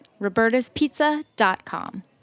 Roberta'spizza.com